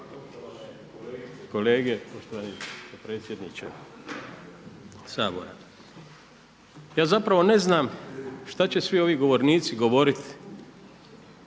Ja zapravo ne znam šta će svi ovi govornici govoriti